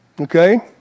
Okay